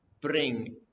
bring